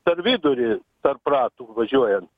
per vidurį tarp ratų važiuojant